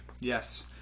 Yes